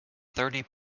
thirty